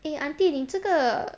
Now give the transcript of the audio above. eh aunty 你这个